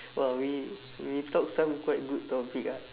!wow! we we talk some quite good topic ah